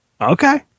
Okay